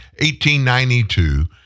1892